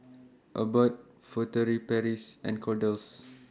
Abbott Furtere Paris and Kordel's